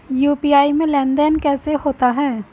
UPI में लेनदेन कैसे होता है?